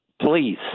Please